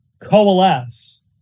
coalesce